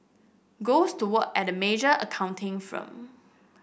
goes to work at a major accounting firm